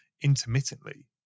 intermittently